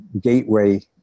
gateway